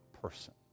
person